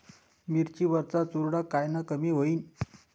मिरची वरचा चुरडा कायनं कमी होईन?